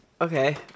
Okay